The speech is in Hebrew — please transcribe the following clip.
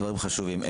דברים חשובים.